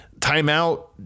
Timeout